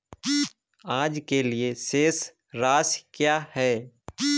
आज के लिए शेष राशि क्या है?